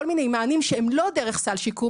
הבעיה היא שהפרוטוקול לא מבין בדיחות,